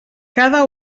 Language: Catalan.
cada